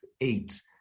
eight